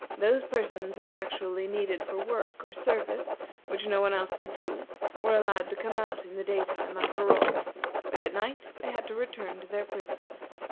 those persons who were actually needed for work or service which no one else could do were allowed to come out in the day-time on parole but at night they had to return to their prisons.